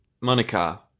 Monica